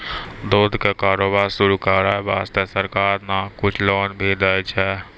दूध के कारोबार शुरू करै वास्तॅ सरकार न कुछ लोन भी दै छै